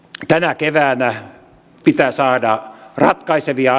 tänä keväänä pitää saada ratkaisevia